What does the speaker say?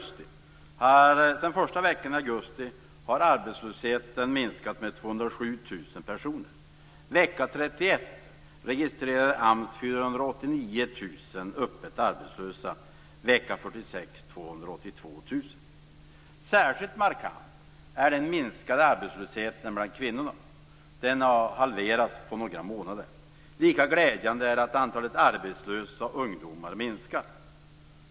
Särskilt markant är den minskade arbetslösheten bland kvinnorna. Den har halverats på några månader. Lika glädjande är att antalet arbetslösa ungdomar minskar.